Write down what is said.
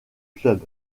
club